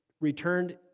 returned